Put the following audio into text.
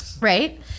Right